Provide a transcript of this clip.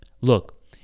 Look